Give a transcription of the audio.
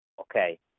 okay